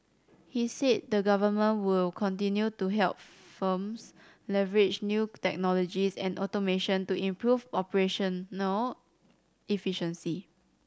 he said the government will continue to help firms leverage new technologies and automation to improve operational no efficiency